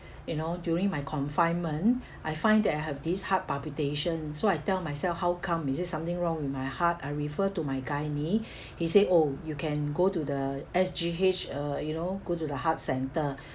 you know during my confinement I find that I have this heart palpitation so I tell myself how come is it something wrong with my heart I refer to my gynae he say oh you can go to the S_G_H uh you know go to the heart centre